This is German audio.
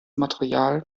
material